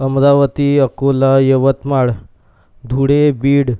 Amravati Akola Yavatmal Dhule Beed